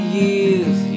years